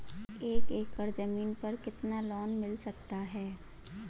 एक एकड़ जमीन पर कितना लोन मिल सकता है?